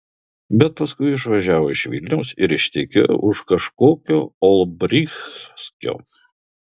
bet paskui išvažiavo iš vilniaus ir ištekėjo už kažkokio olbrychskio